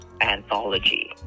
anthology